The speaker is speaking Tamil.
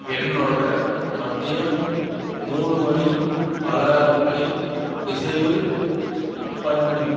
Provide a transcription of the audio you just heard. என்னோடய மதியம் மூணு மணி அலாரத்தை டிசேபிள் பண்ணு